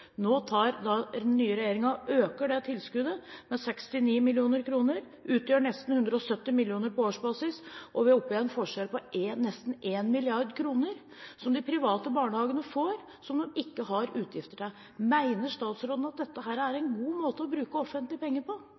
den nye regjeringen det tilskuddet med 69 mill. kr. Det utgjør nesten 170 mill. kr på årsbasis, og vi er oppe i en forskjell på nesten 1 mrd. kr, som de private barnehagene får, som de ikke har utgifter til. Mener statsråden at dette er en god måte å bruke offentlige penger på?